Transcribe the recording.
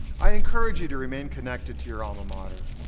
i encourage you to remain connected to your alma mater.